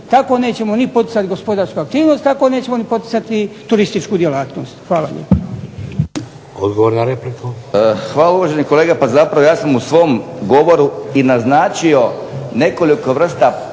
Tako nećemo ni poticati gospodarsku aktivnost, tako nećemo ni poticati turističku djelatnost. Hvala. **Šeks, Vladimir (HDZ)** Odgovor na repliku. **Turk, Željko (HDZ)** Hvala. Uvaženi kolega pa zapravo ja sam u svom govoru i naznačio nekoliko vrsta